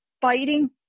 fighting